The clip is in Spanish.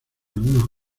algunos